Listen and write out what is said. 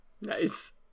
nice